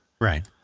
Right